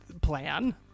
plan